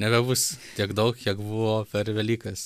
nebebus tiek daug kiek buvo per velykas